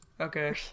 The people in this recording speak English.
Okay